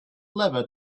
lever